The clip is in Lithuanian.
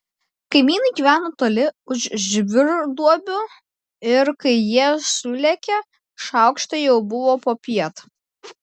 kaimynai gyveno toli už žvyrduobių ir kai jie sulėkė šaukštai jau buvo popiet